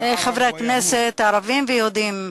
חברי הכנסת ערבים ויהודים.)